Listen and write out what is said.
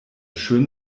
schön